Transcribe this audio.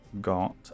got